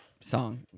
song